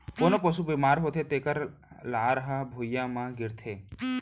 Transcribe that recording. कोनों पसु बेमार होथे तेकर लार ह भुइयां म गिरथे